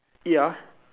ya